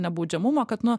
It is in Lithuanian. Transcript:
nebaudžiamumo kad nu